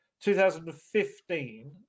2015